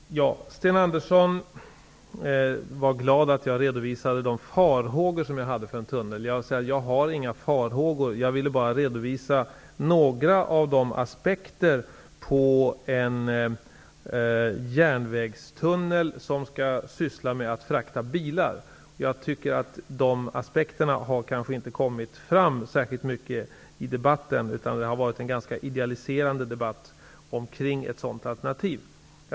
Herr talman! Sten Andersson i Malmö var glad över att jag redovisade de farhågor som jag hade för en tunnel. Jag har inga farhågor, utan jag ville bara redovisa några av de aspekter på en järnvägstunnel där bilar skall fraktas. De aspekterna har inte kommit fram särskilt mycket i debatten, som har varit ganska idealiserande i fråga om ett sådant alternativ.